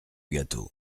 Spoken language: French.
gâteau